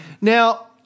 now